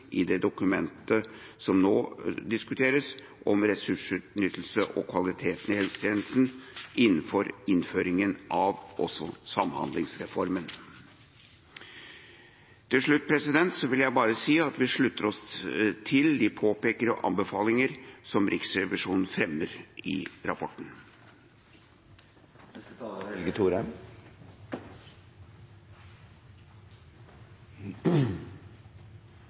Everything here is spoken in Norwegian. i Dokument 3:5 om ressursutnyttelse og kvalitet i helsetjenesten etter innføringen av samhandlingsreformen. Til slutt vil jeg bare si at vi slutter oss til de påpekninger og anbefalinger som Riksrevisjonen fremmer i rapporten. Først vil jeg rette en takk til saksordføreren for hans arbeid med innstillingen i denne saken. Folkehelse er